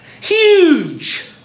Huge